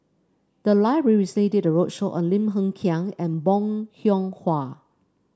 the library recently did a roadshow on Lim Hng Kiang and Bong Hiong Hwa